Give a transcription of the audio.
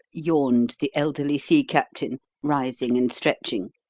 yawned the elderly sea captain, rising and stretching.